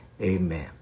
Amen